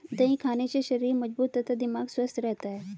दही खाने से शरीर मजबूत तथा दिमाग स्वस्थ रहता है